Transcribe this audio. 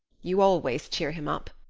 you always cheer him up.